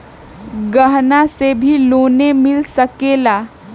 गहना से भी लोने मिल सकेला?